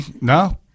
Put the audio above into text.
No